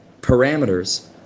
parameters